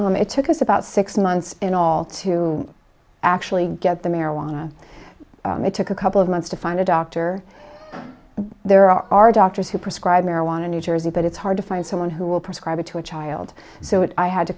it took us about six months in all to actually get the marijuana it took a couple of months to find a doctor there are doctors who prescribe marijuana new jersey but it's hard to find someone who will prescribe it to a child so if i had to